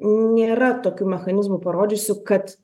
nėra tokių mechanizmų parodžiusių kad